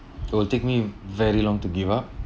it will take me very long to give up